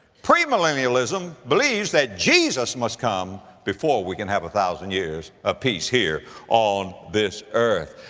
premillennialism believes that jesus must come before we can have a thousand years of peace here on this earth.